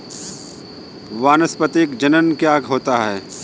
वानस्पतिक जनन क्या होता है?